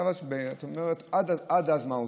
עכשיו, את אומרת: עד אז, מה עושים?